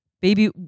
baby